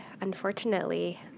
unfortunately